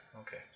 Okay